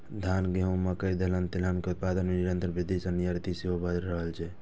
धान, गहूम, मकइ, दलहन, तेलहन के उत्पादन मे निरंतर वृद्धि सं निर्यात सेहो बढ़ि रहल छै